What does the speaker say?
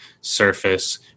surface